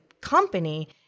company